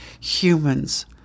humans